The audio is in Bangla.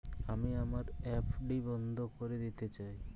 আমি আমার এফ.ডি বন্ধ করে দিতে চাই